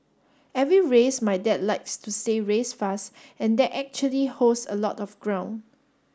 every race my dad likes to say race fast and that actually holds a lot of ground